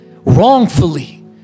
wrongfully